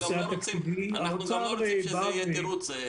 התקציבי --- אנחנו גם לא רוצים שזה יהיה תירוץ.